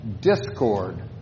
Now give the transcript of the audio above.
discord